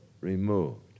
removed